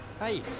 hey